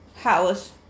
house